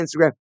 Instagram